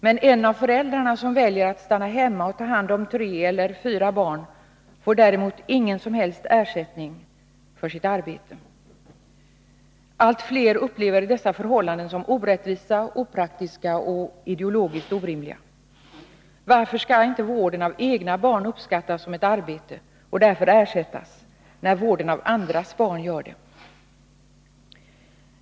Den av föräldrarna som väljer att stanna hemma för att ta hand om tre eller fyra barn får däremot ingen som helst ersättning för sitt arbete. Allt fler upplever förhållandena som orättvisa, opraktiska och ideologiskt orimliga. Varför skall inte vården av egna barn uppskattas som ett arbete och ge rätt till ersättning när vården av andras barn gör det?